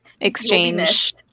exchange